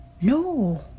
No